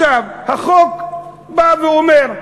החוק בא ואומר,